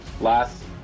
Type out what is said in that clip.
Last